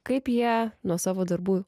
kaip jie nuo savo darbų